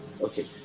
okay